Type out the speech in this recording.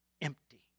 empty